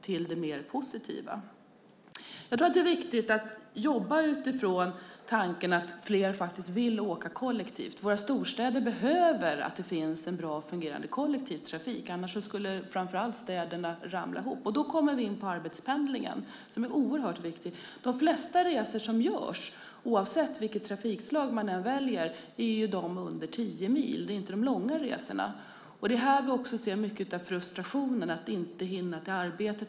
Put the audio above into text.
Jag tror att det är viktigt att jobba utifrån tanken att fler vill åka kollektivt. Våra storstäder behöver en bra och fungerande kollektivtrafik. Annars skulle framför allt städerna ramla ihop. Då kommer vi in på arbetspendlingen, som är oerhört viktig. De flesta resor som görs, oavsett vilket trafikslag man väljer, är under tio mil. Det är inte långa resor. Det är här vi också ser mycket av frustrationen. Man hinner inte till arbetet.